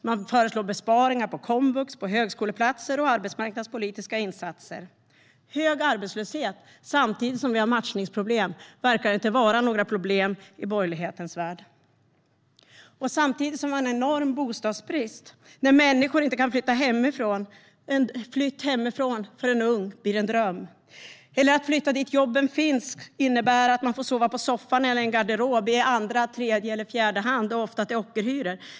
Man föreslår besparingar på Komvux, högskoleplatser och arbetsmarknadspolitiska insatser. Hög arbetslöshet samtidigt som vi har matchningsproblem verkar inte vara något problem i borgerlighetens värld. Samtidigt har vi en enorm bostadsbrist. Människor kan inte flytta hemifrån. Att flytta hemifrån förblir en dröm för en ung. Att flytta dit jobben finns innebär att sova på soffan eller i en garderob i andra, tredje eller fjärde hand och ofta till ockerhyror.